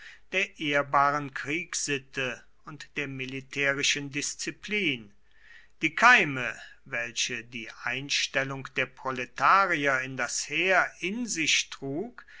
der ehrbaren kriegssitte und der militärischen disziplin die keime welche die einstellung der proletarier in das heer in sich trug